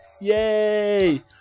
Yay